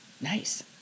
Nice